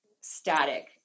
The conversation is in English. static